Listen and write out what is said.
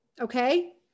Okay